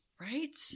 Right